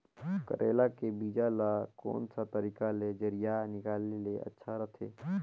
करेला के बीजा ला कोन सा तरीका ले जरिया निकाले ले अच्छा रथे?